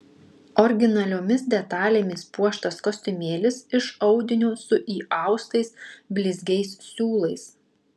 originaliomis detalėmis puoštas kostiumėlis iš audinio su įaustais blizgiais siūlais